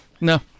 no